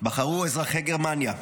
בחרו אזרחי גרמניה,